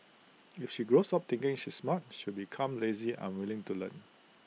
if she grows up thinking she's smart she'll become lazy unwilling to learn